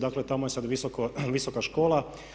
Dakle, tamo je sad Visoka škola.